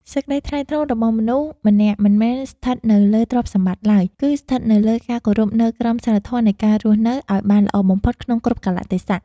សេចក្តីថ្លៃថ្នូររបស់មនុស្សម្នាក់មិនមែនស្ថិតនៅលើទ្រព្យសម្បត្តិឡើយ គឺ ស្ថិតនៅលើការគោរពនូវក្រមសីលធម៌នៃការរស់នៅឱ្យបានល្អបំផុតក្នុងគ្រប់កាលៈទេសៈ។